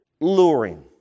luring